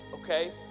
Okay